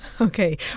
Okay